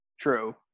True